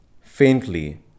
faintly